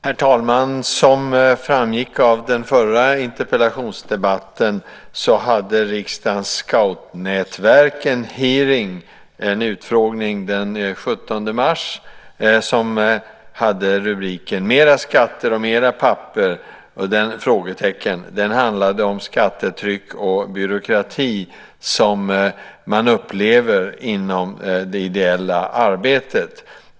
Herr talman! Som framgick av den förra interpellationsdebatten hade riksdagens scoutnätverk en hearing, en utfrågning, den 17 mars som hade rubriken "Mera skatter och mera papper?". Den handlade om skattetryck och byråkrati som man upplever inom det ideella arbetet.